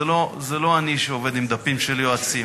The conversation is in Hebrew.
זה לא אני שעובד עם דפים של יועצים,